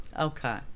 Okay